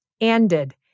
ended